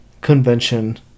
convention